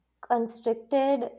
constricted